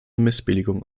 missbilligung